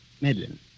Medlin